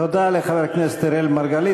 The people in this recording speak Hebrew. תודה לחבר הכנסת אראל מרגלית.